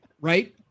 right